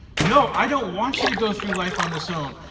no, i don't want you to go through life on this own,